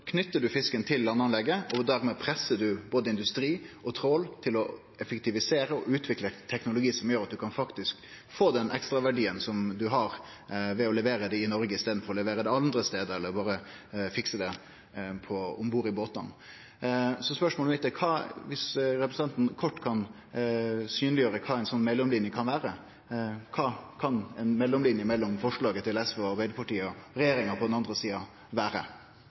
fisken til landanlegget og dermed pressar ein både industri og trål til å effektivisere og utvikle teknologi som gjer at ein faktisk kan få den ekstraverdien ein har ved å levere det i Noreg i staden for å levere det andre stader eller berre fikse det om bord i båtane. Så spørsmålet mitt er om representanten kort kan synleggjere kva ei slik mellomline kan vere. Kva kan ei mellomline mellom forslaget til SV og Arbeidarpartiet på den eine sida og regjeringa på den andre sida vere?